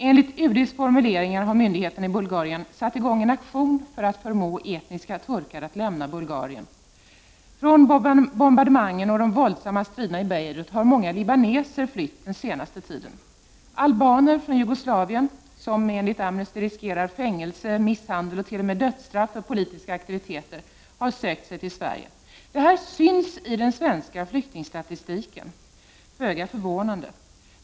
Enligt UD:s formuleringar har myndigheterna i Bulgarien satt i gång en aktion för att förmå etniska turkar att lämna Bulgarien. Från bombardemangen och de våldsamma striderna i Beirut har många libaneser flytt den senaste tiden. Albaner från Jugoslavien, vilka enligt Amnesty riskerar fängelse, misshandel och t.o.m. dödsstraff för politiska aktiviteter har sökt sig till Sverige. Detta syns i den svenska flyktingstatistiken, föga förvånande.